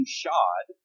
shod